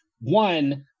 one